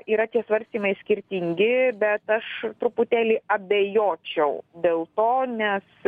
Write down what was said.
yra tie svarstymai skirtingi bet aš truputėlį abejočiau dėl to nes